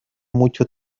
mucho